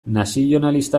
nazionalista